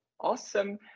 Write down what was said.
awesome